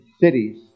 cities